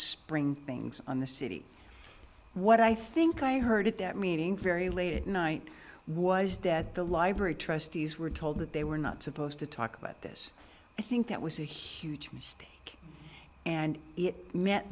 spring things on the city what i think i heard at that meeting very late at night was that the library trustees were told that they were not supposed to talk about this i think that was a huge mistake and it meant